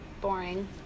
Boring